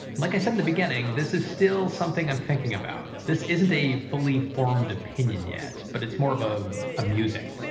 like i said in the beginning, this is still something i'm thinking about. this isn't a fully formed opinion yet, but more of of a musing,